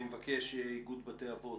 אני מבקש מאיגוד בתי האבות,